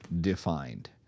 defined